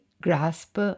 grasp